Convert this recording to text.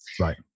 Right